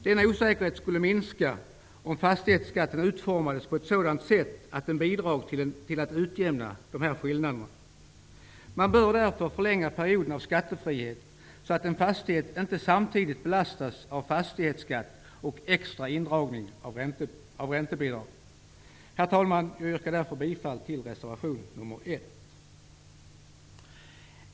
Denna osäkerhet skulle minska om fastighetsskatten utformades på ett sådant sätt att den bidrog till att utjämna dessa skillnader. Man bör därför förlänga perioden av skattefrihet, så att en fastighet inte samtidigt belastas av fastighetsskatt och extra indragning av räntebidrag. Herr talman! Jag yrkar därför bifall till reservation nr 1.